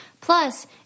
Plus